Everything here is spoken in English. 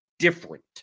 Different